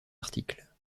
articles